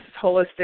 holistic